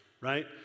right